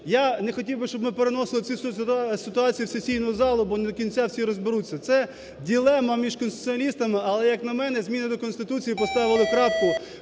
Я не хотів би, щоб ми переносили цю ситуацію в сесійну залу, бо не до кінця всі розберуться. Це дилема між конституціалістами, але, як на мене, зміни до Конституції поставили крапку